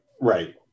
Right